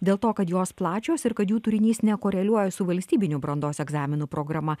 dėl to kad jos plačios ir kad jų turinys nekoreliuoja su valstybinių brandos egzaminų programa